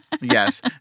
Yes